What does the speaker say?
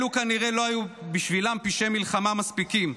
אלה כנראה לא היו בשבילם פשעי מלחמה מספיקים,